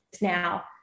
now